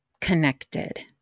connected